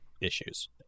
issues